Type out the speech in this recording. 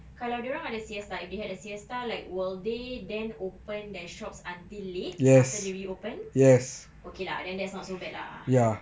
kalau dia orang ada siesta if they had a siesta like will they then open their shops until it after they reopen okay lah then that's not so bad lah